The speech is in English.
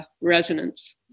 resonance